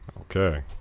Okay